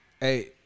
Hey